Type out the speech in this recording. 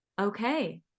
Okay